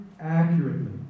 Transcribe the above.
accurately